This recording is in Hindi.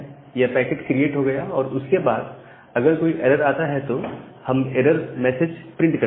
एक पॉकेट क्रिएट हो गया तो उसके बाद अगर कोई एरर आता है तो हम एरर मैसेज प्रिंट करते हैं